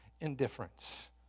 indifference